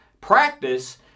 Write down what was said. practice